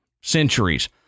centuries